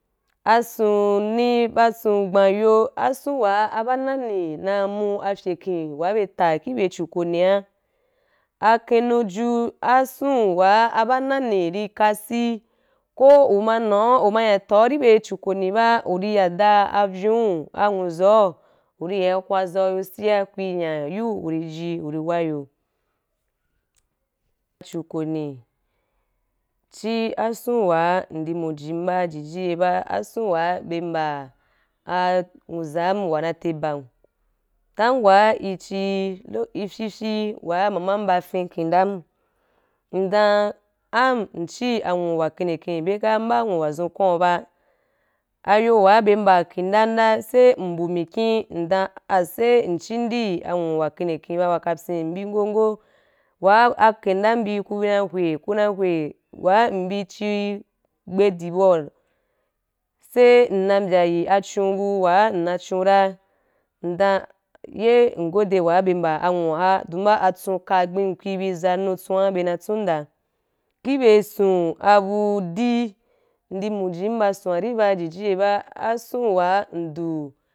Ason ne ba ason gbaya ason wa ba nani na mu afyeken wa be ta ki be a chukonea, a kenuju ason wa ba nani ri ka asii ko u ma nau u ma ya ta ki be a chukone ba u ri ya da avyou anwuzau u ri ya hwa zau yo asi ku ri nya yu u ri ji uri wa yo. Chukone chi ason wa ndi mujin ba ji ji ye ba ason wa be mba a nwuzam wa na te bam time wa i chi lo i fyii fyii wa mamam ba fen kindam ndan am ndi anwu wa kenken be ka mba anwu zun kwau ba ayo wa be mba a kimda nda sai mbu mikin ndam a asai nchin di anwu wa keni ken ba wa kapsyin mbi ngo ngi wa kinda bi na hue ku na hwe wa mbi chi gbedi bawu sai nna mbye yi acho bu wa nna chou ra nden ye ngode wa be mba anwun dun ba atsun ka gbem ku ri bi za anu tsun be na tsun da ki be ason bu di ndu mwi ba asona ri ba jiji ye ba ason wa ndu.